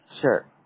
Sure